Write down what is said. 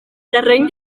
terreny